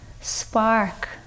spark